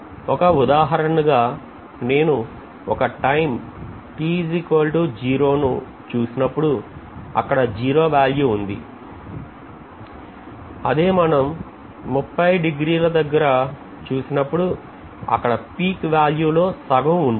ఒక ఉదాహరణగా నేను ఒక టైం ను చూసినప్పుడు అక్కడ 0 వ్యాల్యూ ఉంది అదే మనం దగ్గర చూసినప్పుడు అక్కడ peak వాల్యూ లో సగం ఉంటుంది